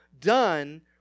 done